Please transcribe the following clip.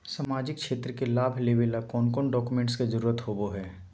सामाजिक क्षेत्र के लाभ लेबे ला कौन कौन डाक्यूमेंट्स के जरुरत होबो होई?